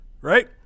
right